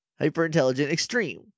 hyper-intelligent-extreme